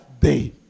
day